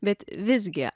bet visgi